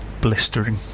blistering